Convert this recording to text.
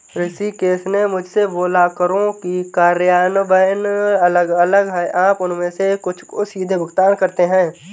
ऋषिकेश ने मुझसे बोला करों का कार्यान्वयन अलग अलग है आप उनमें से कुछ को सीधे भुगतान करते हैं